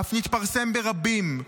אף נתפרסם ברבים.